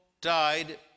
died